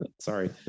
Sorry